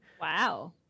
Wow